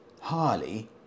Harley